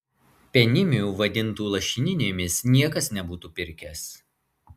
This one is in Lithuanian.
penimių vadintų lašininėmis niekas nebūtų pirkęs